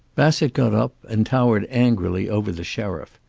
bassett got up and towered angrily over the sheriff.